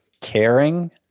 caring